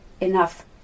enough